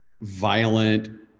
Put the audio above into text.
Violent